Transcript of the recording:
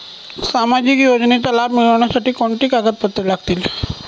सामाजिक योजनेचा लाभ मिळण्यासाठी कोणती कागदपत्रे लागतील?